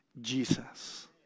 jesus